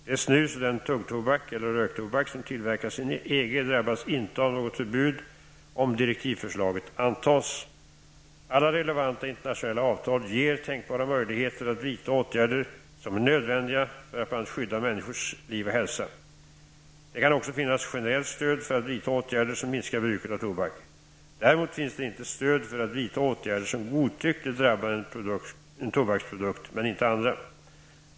Det snus och den tuggtobak eller röktobak som tillverkas inom EG drabbas inte av något förbud om direktivförslaget antas. Alla relevanta internationella avtal ger tänkbara möjligheter att vidta åtgärder som är nödvändiga för att bl.a. skydda människors liv och hälsa. Det kan också finnas generellt stöd för att vidta åtgärder som minskar bruket av tobak. Däremot finns det inte stöd för att vidta åtgärder som godtyckligt drabbar en tobaksprodukt men inte andra.